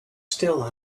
still